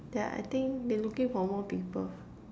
they're I think they looking for more people